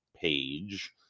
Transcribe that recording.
page